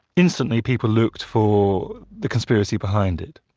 instantly people looked for the conspiracy behind it.